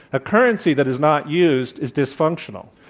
a currency that is not used is dysfunctional.